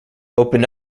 open